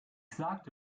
sagte